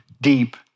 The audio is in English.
deep